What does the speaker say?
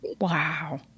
Wow